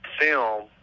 film